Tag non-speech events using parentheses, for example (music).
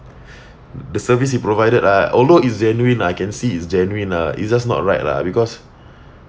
(breath) the service he provided ah although it's genuine I can see it's genuine ah it's just not right lah because (breath)